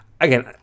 again